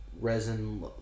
resin